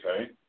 Okay